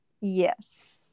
yes